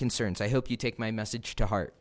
concerns i hope you take my message to heart